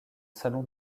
salon